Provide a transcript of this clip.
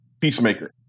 peacemaker